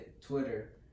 Twitter